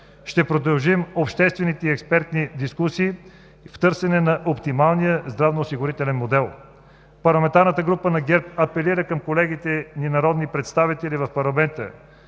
Ще продължим обществените и експертни дискусии в търсене на оптималния здравноосигурителен модел. Парламентарната група на ГЕРБ апелира към колегите народни представители в парламента: